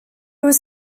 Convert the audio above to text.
was